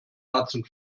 ganzen